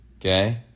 Okay